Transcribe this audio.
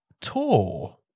tour